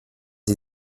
sie